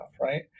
right